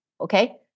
Okay